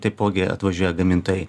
taipogi atvažiuoja gamintojai